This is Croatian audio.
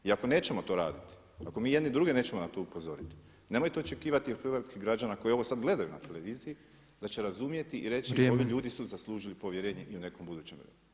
I ako nećemo to raditi, ako mi jedni druge nećemo na to upozoriti nemojte očekivati od hrvatskih građana koji ovo sad gledaju na televiziji da će razumjeti i reći ovi ljudi su zaslužili povjerenje i u nekom budućem vremenu.